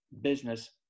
business